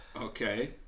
Okay